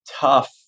tough